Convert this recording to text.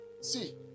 See